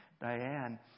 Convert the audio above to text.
Diane